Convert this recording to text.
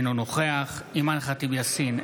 אינו נוכח אימאן ח'טיב יאסין,